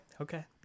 Okay